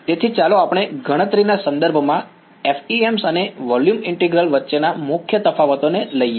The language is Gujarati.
તેથી ચાલો આપણે ગણતરીના સંદર્ભમાં FEM અને વોલ્યુમ ઇન્ટિગ્રલ વચ્ચેના મુખ્ય તફાવતોને લઈએ